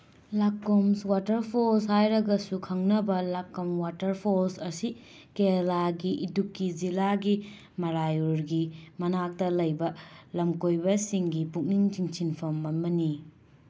ꯂꯥꯛꯀꯣꯝꯁ water falls ꯍꯥꯏꯔꯒꯁꯨ ꯈꯪꯅꯕ Lakkam water falls ꯑꯁꯤ ꯀꯦꯔꯂꯥꯒꯤ ꯏꯗꯨꯀꯤ ꯖꯤꯂꯥꯒꯤ ꯃꯂꯥꯌꯨꯔꯒꯤ ꯃꯅꯥꯛꯇ ꯂꯩꯕ ꯂꯝꯀꯣꯏꯕꯁꯤꯡꯒꯤ ꯄꯨꯛꯅꯤꯡ ꯆꯤꯡꯁꯤꯟꯐꯝ ꯑꯃꯅꯤ